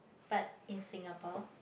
but in Singapore